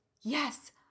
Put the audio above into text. yes